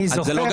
אני זוכר.